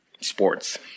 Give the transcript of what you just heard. sports